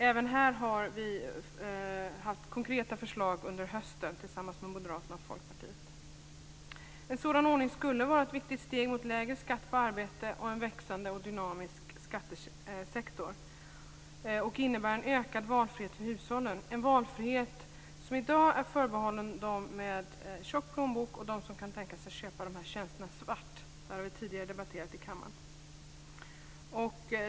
Även här har vi lagt fram konkreta förslag under hösten tillsammans med Moderaterna och En sådan ordning skulle vara ett viktigt steg mot lägre skatt på arbete och en växande och dynamisk tjänstesektor. Och det innebär en ökad valfrihet för hushållen, en valfrihet som i dag är förbehållen dem med en tjock plånbok och de som kan tänka sig att köpa dessa tjänster svart. Detta har vi tidigare debatterat i kammaren.